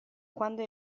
quando